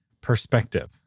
perspective